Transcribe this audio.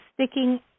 sticking